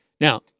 Now